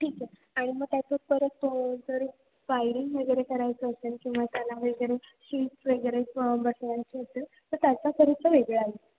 ठीक आहे आणि मग त्याच्यावर परत जर वायरिंग वगैरे करायचं असेल किंवा त्याला वगैरे शिट्स वगैरे बसवायची असेल तर त्याचा खर्च वेगळा येईल